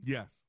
Yes